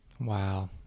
Wow